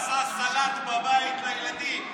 עשה סלט בבית לילדים,